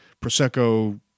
Prosecco